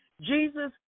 Jesus